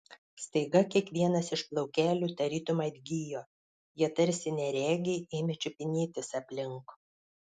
staiga kiekvienas iš plaukelių tarytum atgijo jie tarsi neregiai ėmė čiupinėtis aplink